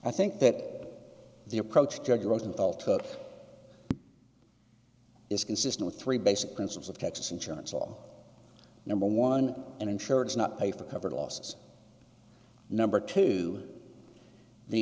i think that the approach judge rosenthal to is consistent with three basic principles of texas insurance law number one and insurance not pay for cover losses number two the